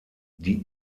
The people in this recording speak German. die